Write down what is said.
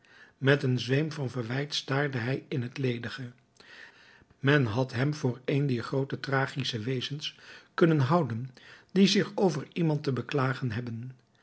met een zweem van verwijt staarde hij in het ledige men had hem voor een dier groote tragische wezens kunnen houden die zich over iemand te beklagen hebben